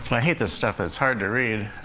i hate this stuff. it's hard to read.